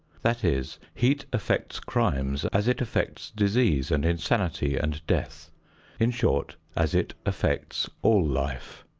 that is, heat affects crimes as it affects disease and insanity and death in short, as it affects all life.